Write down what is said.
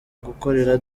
gukorera